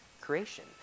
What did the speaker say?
creation